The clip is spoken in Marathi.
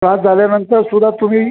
क्लास झाल्यानंतर सुद्धा तुम्ही